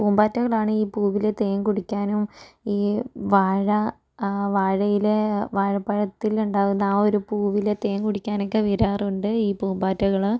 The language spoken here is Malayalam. പൂമ്പാറ്റകളാണ് ഈ പൂവിലെ തേൻ കുടിക്കാനും ഈ വാഴ വഴിയില് വാഴ പഴത്തിൽ ഇണ്ടാകുന്ന ആ ഒരു പൂവിലെ തേൻ കുടിക്കാനൊക്കെ വരാറുണ്ട് ഈ പൂമ്പാറ്റകള്